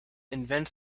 invent